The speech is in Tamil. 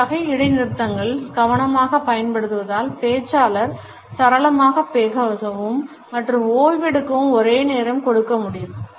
இவ்வகை இடைநிறுத்தங்களை கவனமாக பயன்படுத்துவதால் பேச்சாளர் சரளமாக பேசவும் மற்றும் ஓய்வெடுக்கவும் ஒரு நேரம் கொடுக்க முடியும்